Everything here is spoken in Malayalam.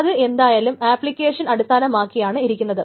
അത് എന്തായാലും ആപ്ലിക്കേഷൻ അടിസ്ഥാനമാക്കിയാണ് ഇരിക്കുന്നത്